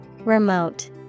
Remote